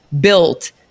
built